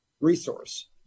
resource